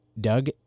Doug